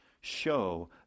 show